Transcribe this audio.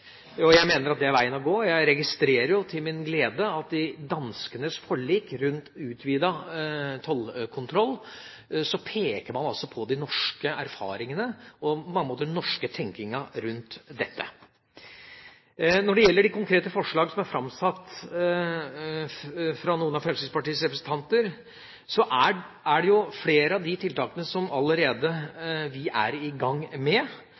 Jeg mener at det er veien å gå. Jeg registrerer til min glede at i danskenes forlik om utvidet tollkontroll peker man på de norske erfaringene og, på mange måter, den norske tenkingen rundt dette. Når det gjelder de konkrete forslag som er framsatt av noen av Fremskrittspartiets representanter, er det flere av de tiltakene som vi allerede er i gang med.